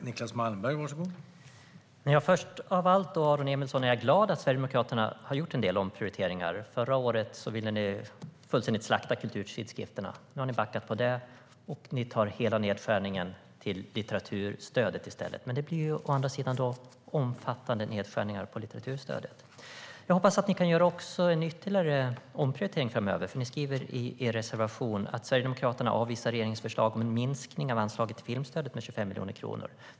Herr talman! Jag är glad, Aron Emilsson, att Sverigedemokraterna gjort en del omprioriteringar. Förra året ville ni fullständigt slakta kulturtidskrifterna. Nu har ni backat från det, och ni gör hela nedskärningen på litteraturstödet i stället. Det blir omfattande nedskärningar på litteraturstödet. Jag hoppas att ni kan göra ytterligare en omprioritering framöver. Ni skriver i er reservation att Sverigedemokraterna avvisar regeringens förslag om en minskning av anslaget till filmstödet med 25 miljoner kronor.